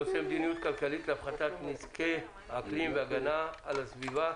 הנושא: מדיניות כלכלית להפחתת נזקי אקלים והגנה על הסביבה,